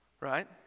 right